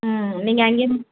ம் நீங்கள் அங்கேயிருந்து